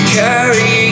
carry